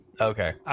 Okay